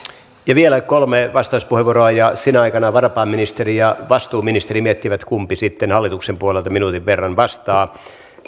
ja vielä kolme vastauspuheenvuoroa ja sinä aikana varapääministeri ja vastuuministeri miettivät kumpi sitten hallituksen puo lelta minuutin verran vastaa